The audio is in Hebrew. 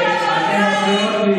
עם עלות השחר,